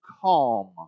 calm